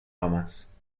homes